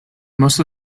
most